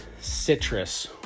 citrus